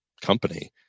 company